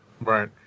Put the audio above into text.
Right